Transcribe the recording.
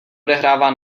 odehrává